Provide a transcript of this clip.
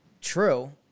true